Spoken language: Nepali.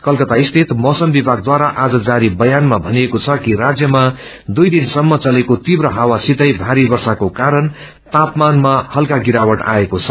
कलकत्ता स्थित मौसम विभागद्वारा आज जारी बयानामा भनिएको छ कि राज्यमा दुई दिसम्म चलेको तीव्र ह्ववासितै भारी वध्यको क्वरण तापामानामा हल्का गिरावटा आएको छ